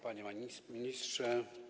Panie Ministrze!